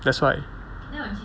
that's why